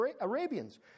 Arabians